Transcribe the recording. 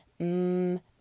Mmm